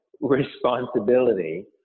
responsibility